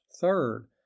Third